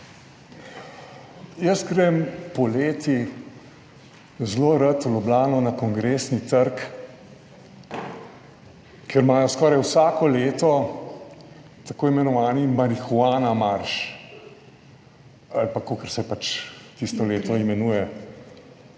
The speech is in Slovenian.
Jaz grem poleti zelo rad v Ljubljano na Kongresni trg, ker imajo skoraj vsako leto tako imenovani marihuana marš ali pa kakor se pač tisto leto imenuje.